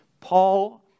Paul